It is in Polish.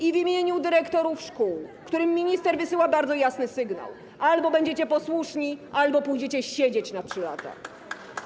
i w imieniu dyrektorów szkół, którym minister wysyła bardzo jasny sygnał: albo będziecie posłuszni, albo pójdziecie siedzieć na 3 lata.